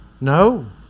No